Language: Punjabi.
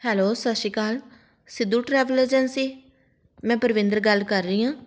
hello Sat Sri Akal Sidhu travel agency ਮੈਂ ਪਰਵਿੰਦਰ ਗੱਲ ਕਰ ਰਹੀ ਹਾਂ